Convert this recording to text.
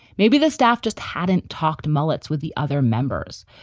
maybe the staff just hadn't talked mullet's with the other members.